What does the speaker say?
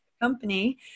company